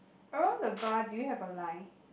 around the bar do you have a line